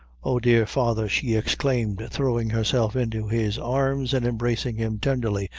oh, dear father, she exclaimed, throwing herself into his arms, and embracing him tenderly,